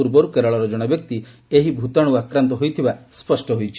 ପୂର୍ବରୁ କେରଳରେ ଜଣେ ବ୍ୟକ୍ତି ଏହି ଭୂତାଣୁ ଆକ୍ରାନ୍ତ ହୋଇଥିବା ସ୍ବଷ୍ଟ ହୋଇଛି